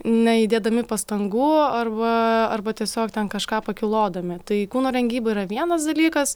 neįdėdami pastangų arba arba tiesiog ten kažką pakylodami tai kūno rengyba yra vienas dalykas